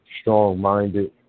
strong-minded